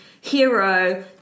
hero